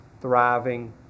thriving